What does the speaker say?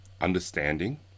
understanding